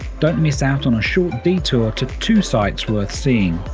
don't miss out on a short detour to the two sites worth seeing.